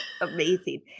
amazing